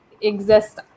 exist